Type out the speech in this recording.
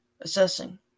assessing